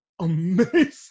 Amazing